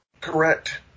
Correct